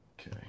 Okay